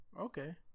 Okay